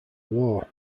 war